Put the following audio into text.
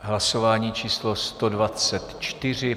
Hlasování číslo 124.